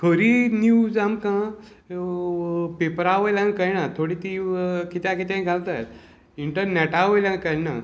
खरी न्यूज आमकां पेपरा वयल्यान कळना थोडी ती कित्याक कितेंय घालतात इंटरनेटा वयल्यान कळना